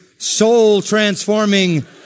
soul-transforming